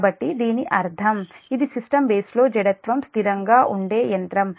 కాబట్టి దీని అర్థం ఇది సిస్టమ్ బేస్ లో జడత్వం స్థిరంగా ఉండే యంత్రం